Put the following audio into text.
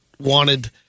Wanted